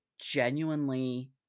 genuinely